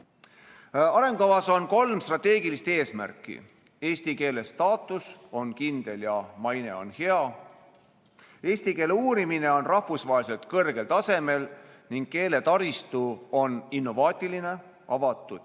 Arengukavas on kolm strateegilist eesmärki: eesti keele staatus on kindel ja maine on hea, eesti keele uurimine on rahvusvaheliselt kõrgel tasemel ning keeletaristu on innovaatiline, avatud